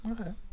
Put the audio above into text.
Okay